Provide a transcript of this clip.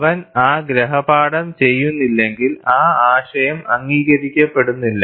അവൻ ആ ഗൃഹപാഠം ചെയ്യുന്നില്ലെങ്കിൽ ആ ആശയം അംഗീകരിക്കപ്പെടുന്നില്ല